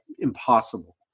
Impossible